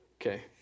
Okay